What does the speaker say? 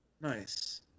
Nice